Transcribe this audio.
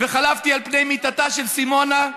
וחלפתי על פני מיטתה של סימונה,